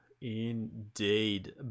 indeed